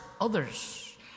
others